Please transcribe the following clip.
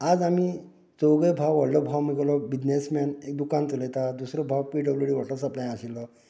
आयज आमी चौगूय भाव व्हडलो भाव म्हगेलो बिझनेसमेन एक दुकान चलयता दुसरो भाव पी डब्ल्यु डी वटर सप्लायान आशिल्लो